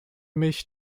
mich